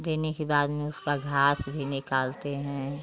देने के बाद में उसका घास भी निकालते हैं